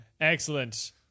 Excellent